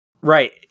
Right